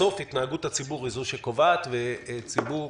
בסוף, התנהגות הציבור היא זו שקובעת, וציבור